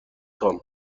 خوام